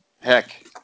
Heck